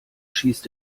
schießt